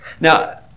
Now